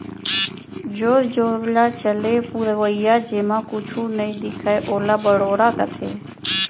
जोर जोर ल चले पुरवाई जेमा कुछु नइ दिखय ओला बड़ोरा कथें